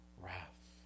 wrath